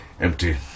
Empty